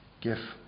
give